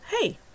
hey